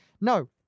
No